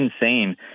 insane